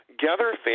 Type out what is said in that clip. gather